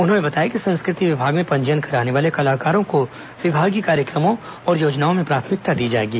उन्होंने बताया कि संस्कृति विभाग में पंजीयन कराने वाले कलाकारों को विभागीय कार्यक्रमों और योजनाओं में प्राथमिकता दी जाएगी